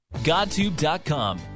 GodTube.com